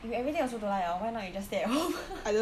you everything also don't like hor why not you just stay at home